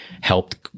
helped